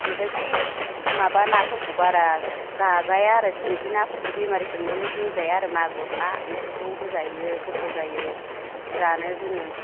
बेनिफ्राय बे माबा नाफोरखौ बारा जाजाया आरो सिंगि नाफोरखौ बेमारिफोरनो होजाया आरो मागुर ना बेफोरखौ होजायो गोथाव जायो जानो जोङो